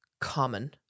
common